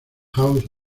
house